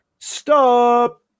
Stop